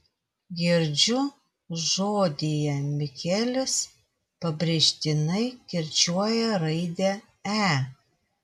girdžiu žodyje mikelis pabrėžtinai kirčiuoja raidę e